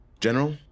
General